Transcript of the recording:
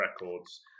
records